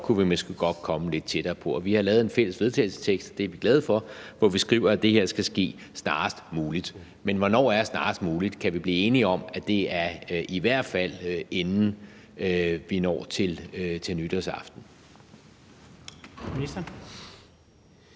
kunne vi måske godt komme lidt tættere på, og vi har lavet en fælles vedtagelsestekst – og det er vi glade for – hvor vi skriver, at det her skal ske snarest muligt. Men hvornår er »snarest muligt«? Kan vi blive enige om, at det i hvert fald er, inden vi når til nytårsaften?